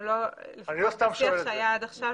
אנחנו לא --- בשיח שהיה היה עד עכשיו,